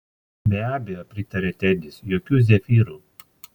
be abejo pritarė tedis jokių zefyrų